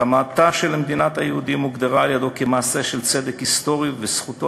הקמתה של מדינת היהודים הוגדרה על-ידו כמעשה של צדק היסטורי וזכותו